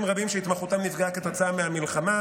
רבים שהתמחותם נפגעה כתוצאה מהמלחמה.